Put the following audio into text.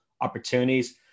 opportunities